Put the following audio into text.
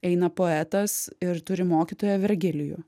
eina poetas ir turi mokytoją virgilijų